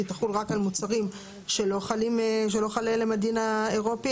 היא תחול רק על מוצרים שלא חלים עליהם הדיון האירופי.